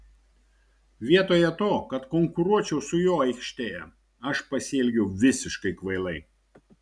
vietoje to kad konkuruočiau su juo aikštėje aš pasielgiau visiškai kvailai